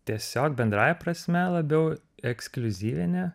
tiesiog bendrąja prasme labiau ekskliuzyvinė